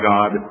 God